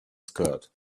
skirt